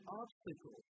obstacle